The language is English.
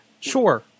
Sure